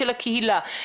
של קהילה,